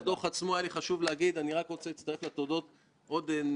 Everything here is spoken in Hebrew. היה לנו בכנסת האחרונה שיתוף פעולה.